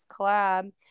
collab